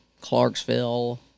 Clarksville